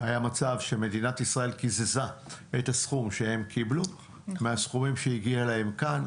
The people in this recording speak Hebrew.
היה מצב שמדינת ישראל קיזזה את הסכום שהם קיבלו מהסכומים שהגיע להם כאן.